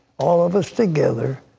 all of us together,